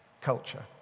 culture